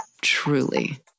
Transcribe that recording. truly